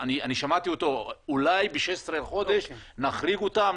אני שמעתי אותו אולי ב-16 בחודש נחריג אותם,